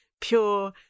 pure